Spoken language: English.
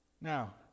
Now